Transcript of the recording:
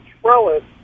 trellis